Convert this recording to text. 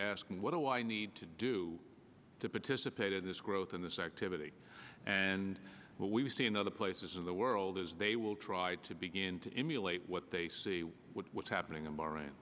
ask what do i need to do to participate in this growth in this activity and what we see in other places in the world as they will try to begin to emulate what they see what's happening in bahrain